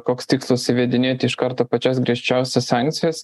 koks tikslas įvedinėti iš karto pačias griežčiausias sankcijas